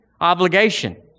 obligation